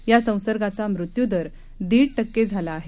या संसर्गाचा मृत्यूदर दीड टक्के झाला आहे